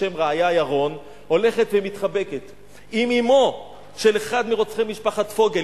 בשם רעיה ירון הולכת ומתחבקת עם אמו של אחד מרוצחי משפחת פוגל,